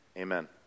amen